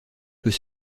peut